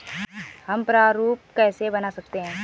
हम प्रारूप कैसे बना सकते हैं?